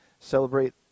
celebrate